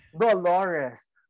Dolores